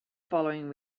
following